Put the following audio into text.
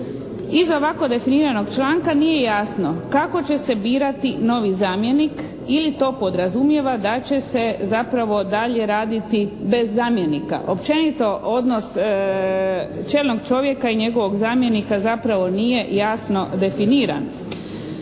Iza ovako definiranog članka nije jasno kako će se birati novi zamjenik ili to podrazumijeva da će se zapravo dalje raditi bez zamjenika. Općenito odnos čelnog čovjeka i njegovog zamjenika zapravo nije jasno definiran.